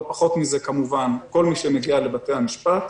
פחות מזה כמובן כל מי שמגיע לבתי המשפט.